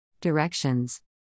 Directions